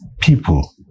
people